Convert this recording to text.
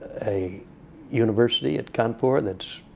a university at kampur that's